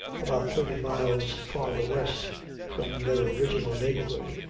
about thirty miles farther west from their original neighborhood,